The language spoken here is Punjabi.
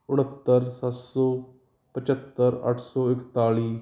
ਉਣੱਤਰ ਸੱਤ ਸੌ ਪਚੱਤਰ ਅੱਠ ਸੌ ਇਕਤਾਲੀ